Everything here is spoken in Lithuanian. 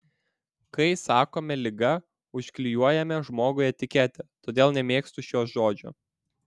kai sakome liga užklijuojame žmogui etiketę todėl nemėgstu šio žodžio